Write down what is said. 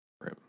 room